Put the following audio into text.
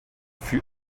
fut